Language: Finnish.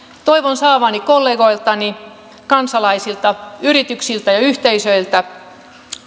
toivon saavani kollegoiltani kansalaisilta yrityksiltä ja yhteisöiltä